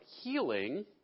healing